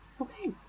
okay